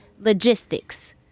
logistics